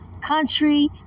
country